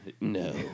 No